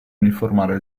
uniformare